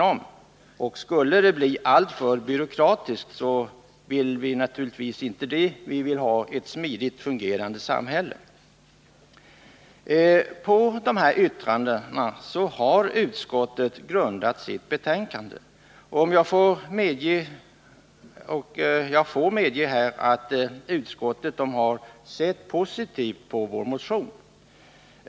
Vi vill naturligtvis inte ha en alltför byråkratisk ordning utan ett smidigt fungerande samhälle. På dessa yttranden har utskottet grundat sitt betänkande. Och jag får medge att utskottet har sett positivt på vår motion.